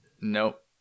Nope